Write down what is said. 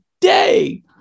day